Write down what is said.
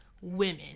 women